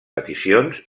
peticions